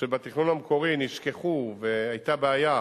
שבתכנון המקורי נשכחו והיתה בעיה,